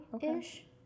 ish